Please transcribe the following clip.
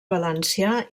valencià